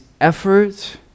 effort